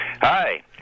Hi